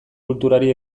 kulturari